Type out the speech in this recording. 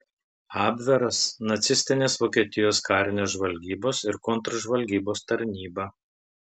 abveras nacistinės vokietijos karinės žvalgybos ir kontržvalgybos tarnyba